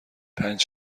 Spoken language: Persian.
پنج